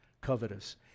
covetous